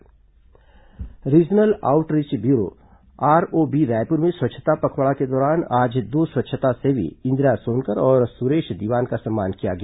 स्वच्छता पखवाडा regional outreach bureau ROB Raipur में स्वच्छता पखवाड़ा के दौरान आज दो स्वच्छता सेवी इंदिरा सोनकर और सुरेश दीवान का सम्मान किया गया